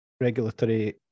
regulatory